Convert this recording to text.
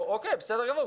בסדר גמור,